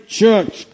church